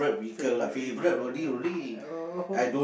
favourite vehicle oh